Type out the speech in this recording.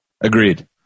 Agreed